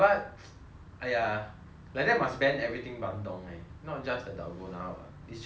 !aiya! like that must ban everything bandung eh not just the dalgona what it's just cream